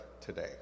today